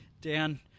Dan